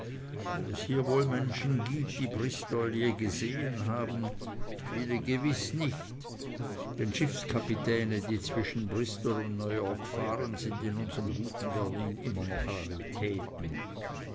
ob es hier wohl menschen gibt die bristol je gesehn haben viele gewiß nicht denn schiffskapitäne die zwischen bristol und new york fahren sind in unserm guten berlin immer noch raritäten